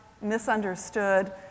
misunderstood